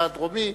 צדה הדרומי.